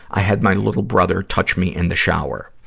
i had my little brother touch me in the shower.